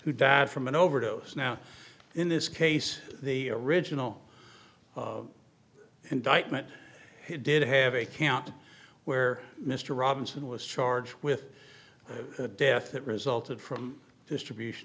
who died from an overdose now in this case the original indictment did have a count where mr robinson was charged with a death that resulted from distribution